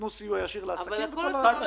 פלוס סיוע ישיר לעסקים --- חד-משמעית.